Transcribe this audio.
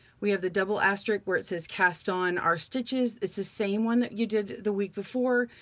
we have the double asterisk where it says cast on our stitches. it's the same one that you did the week before.